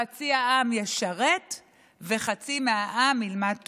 חצי העם ישרת וחצי מהעם ילמד תורה.